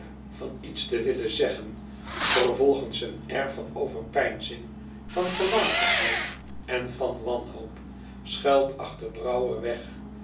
van iets te willen zeggen vervolgens een air van overpeinzing van gelatenheid en van wanhoop schuilt achter brouwer weg